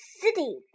city